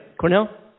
Cornell